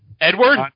Edward